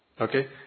Okay